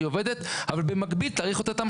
לעבור גם אחרי חמש